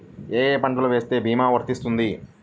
ఏ ఏ పంటలు వేస్తే భీమా వర్తిస్తుంది?